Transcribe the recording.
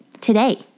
today